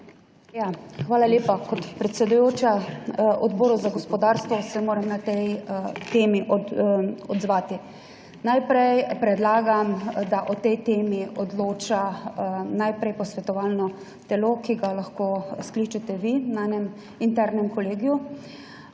Hvala lepa. Kot predsedujoča Odboru za gospodarstvo se moram na tej temi odzvati. Predlagam, da o tej temi odloča najprej posvetovalno telo, ki ga lahko skličete vi na enem internem kolegiju.